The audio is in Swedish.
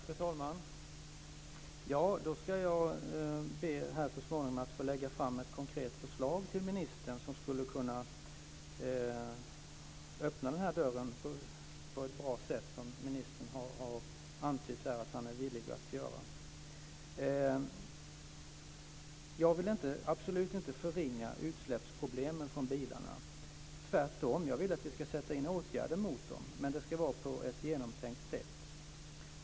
Fru talman! Då ska jag be att så småningom få lägga fram ett konkret förslag till ministern som skulle kunna öppna den här dörren på ett bra sätt. Ministern har ju antytt att han är villig att göra det i så fall. Jag vill absolut inte förringa problemen med utsläppen från bilarna. Jag vill tvärtom att vi ska sätta in åtgärder mot dem, men det ska vara på ett genomtänkt sätt.